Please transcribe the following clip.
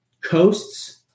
coasts